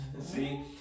See